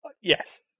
Yes